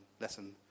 lesson